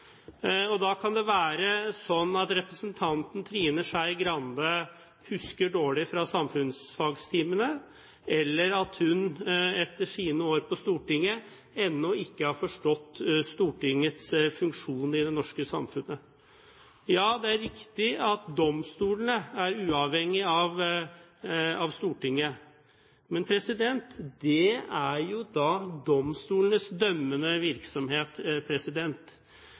var da. Da kan det være slik at representanten Trine Skei Grande husker dårlig fra samfunnsfagstimene, eller at hun etter sine år på Stortinget ennå ikke har forstått Stortingets funksjon i det norske samfunnet. Ja, det er riktig at domstolene er uavhengige av Stortinget, men det er jo da domstolenes dømmende virksomhet.